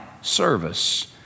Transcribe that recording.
service